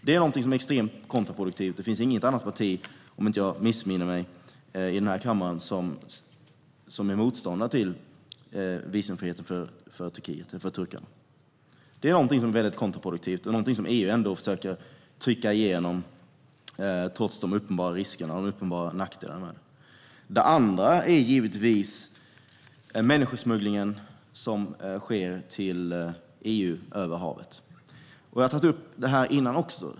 Detta är extremt kontraproduktivt, men det finns inget annat parti i den här kammaren som är motståndare till visumfrihet för turkar. Detta försöker EU nu trycka igenom trots de uppenbara riskerna och nackdelarna. Ett annat exempel är människosmugglingen till EU över havet. Jag har tagit upp detta förut också.